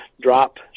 drop